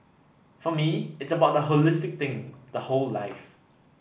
for me it's about the holistic thing the whole life